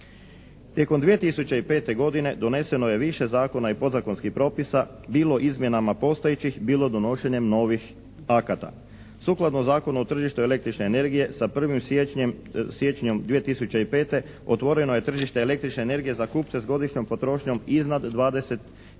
Tijekom 2005. godine doneseno je više zakona i podzakonskih propisa bilo izmjenama postojećih bilo donošenjem novih akata. Sukladno Zakonu o tržištu električne energije sa 1. siječnjem 2005. otvoreno je tržište električne energije za kupce s godišnjom potrošnjom iznad 20